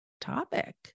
topic